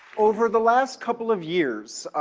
over the last couple of years,